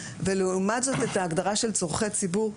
ולעומת זאת את ההגדרה של צרכי הציבור,